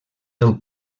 del